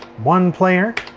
one player.